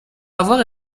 avoir